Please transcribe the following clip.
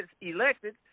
elected